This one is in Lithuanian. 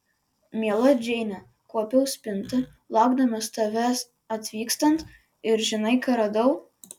miela džeine kuopiau spintą laukdamas tavęs atvykstant ir žinai ką radau